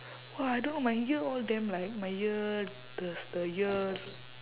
!wah! I don't know my ear all damn like my ear the the ear